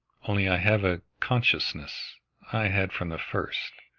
only i have a consciousness i had from the first,